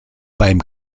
beim